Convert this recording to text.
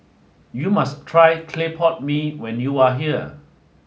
you must try Clay Pot Mee when you are here